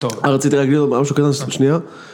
‫טוב. ‫-מה רציתי להגיד לו מהיום שהוא יכנס פעם שניה.